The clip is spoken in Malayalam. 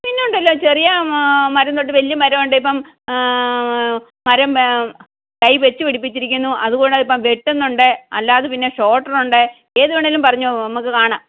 പിന്നെ ഉണ്ടല്ലോ ചെറിയ മരമുണ്ട് വലിയ മരമുണ്ട് ഇപ്പം മരം തൈ വെച്ച് പിടിപ്പിച്ചിരിക്കിന്നു അത് കൂടാതെ ഇപ്പം വെട്ടുന്നുണ്ട് അല്ലാതെപിന്നെ ഷോട്റ് ഉണ്ട് ഏത് വേണമെങ്കിലും പറഞ്ഞോ നമുക്ക് കാണാം